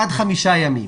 עד חמישה ימים.